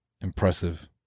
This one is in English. impressive